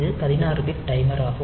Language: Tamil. இது 16 பிட் டைமராகும்